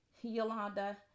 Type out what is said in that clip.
Yolanda